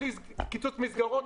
בלי קיצוץ מסגרות.